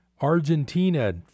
Argentina